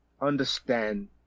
understand